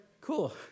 cool